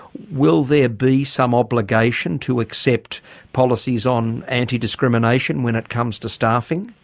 will there be some obligation to accept policies on anti-discrimination when it comes to staffing?